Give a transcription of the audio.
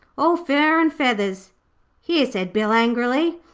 all fur and feathers here, said bill angrily.